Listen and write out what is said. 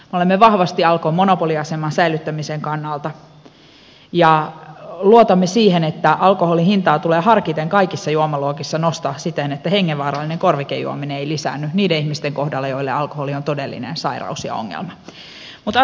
me olemme vahvasti alkon monopoliaseman säilyttämisen kannalla ja luotamme siihen että alkoholin hintaa tulee harkiten kaikissa juomaluokissa nostaa siten että hengenvaarallinen korvikejuominen ei lisäänny niiden ihmisten kohdalla joille alkoholi on todellinen sairaus ja ongelma